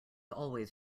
always